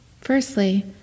firstly